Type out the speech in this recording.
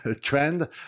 trend